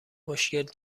مشکل